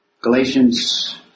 Galatians